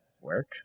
work